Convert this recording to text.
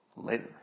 later